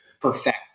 perfect